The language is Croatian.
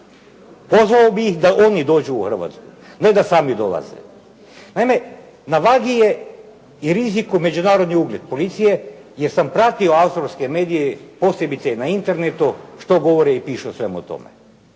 Pozvao bi ih da oni dođu u Hrvatsku. Ne da sami dolaze. Naime na vagi je i riziku međunarodni ugled policije jer sam pratio australske medije posebice na internetu što govore i pišu o svemu tome.